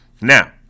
Now